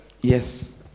Yes